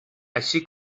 així